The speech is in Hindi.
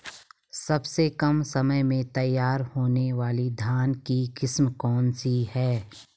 सबसे कम समय में तैयार होने वाली धान की किस्म कौन सी है?